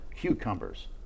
cucumbers